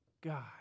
God